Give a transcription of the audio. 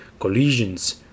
collisions